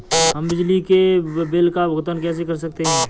हम बिजली के बिल का भुगतान कैसे कर सकते हैं?